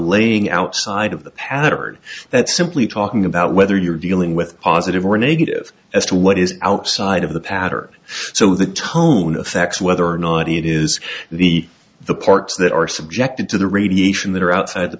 laying outside of the pattern that's simply talking about whether you're dealing with positive or negative as to what is outside of the patter so the tone affects whether or not it is the the parts that are subjected to the radiation that are out